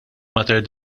mater